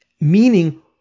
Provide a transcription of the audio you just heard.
meaning